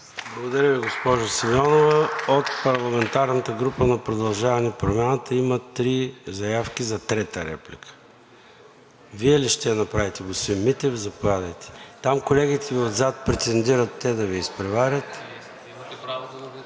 Благодаря Ви, госпожо Симеонова. От парламентарната група на „Продължаваме Промяната“ има три заявки за трета реплика. Вие ли ще я направите, господин Митев? Заповядайте. Там колегите отзад претендират те да Ви изпреварят.